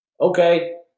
Okay